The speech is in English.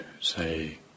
say